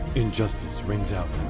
injustice rings out.